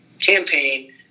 campaign